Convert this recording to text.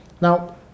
Now